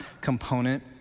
component